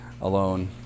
alone